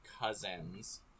cousins